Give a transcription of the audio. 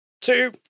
two